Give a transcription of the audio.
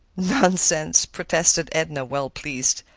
nonsense! protested edna, well pleased.